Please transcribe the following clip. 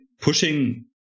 pushing